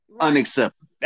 Unacceptable